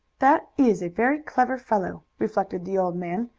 that is a very clever fellow, reflected the old man,